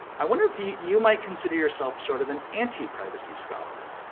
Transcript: i wonder if you you might consider yourself sort of an anti privacy scholar?